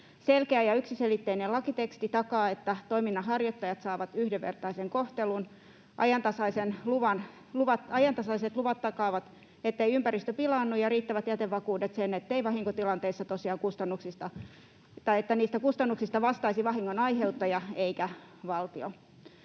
Selkeä ja yksiselitteinen lakiteksti takaa sen, että toiminnanharjoittajat saavat yhdenvertaisen kohtelun. Ajantasaiset luvat takaavat sen, ettei ympäristö pilaannu, ja riittävät jätevakuudet sen, että vahinkotilanteissa tosiaan kustannuksista vastaisi vahingon aiheuttaja eikä valtio.